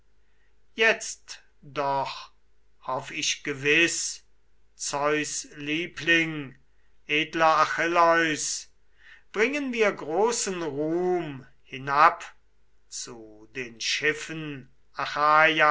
jetzt doch hoff ich gewiß zeus liebling edler achilleus bringen wir großen ruhm hinab zu dem schiffen achaias